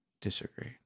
disagree